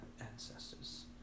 ancestors